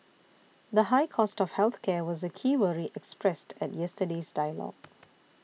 the high cost of health care was a key worry expressed at yesterday's dialogue